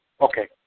okay